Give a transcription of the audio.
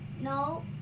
No